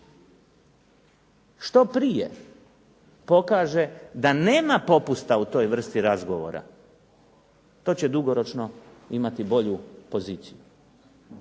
Što prije pokaže da nema popusta u toj vrsti razgovora to će dugoročno imati bolju poziciju